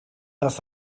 das